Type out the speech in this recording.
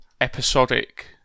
episodic